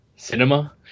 cinema